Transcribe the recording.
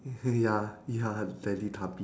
ya ya the teletubbies